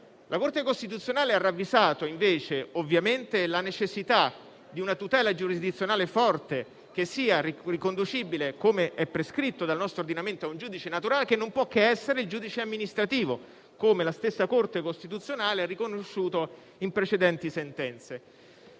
La Corte costituzionale ha ravvisato, invece, la necessità di una tutela giurisdizionale forte che sia riconducibile - come è prescritto dal nostro ordinamento - a un giudice naturale che non può che essere il giudice amministrativo, come la stessa Consulta ha riconosciuto in precedenti sentenze.